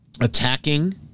attacking